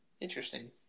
interesting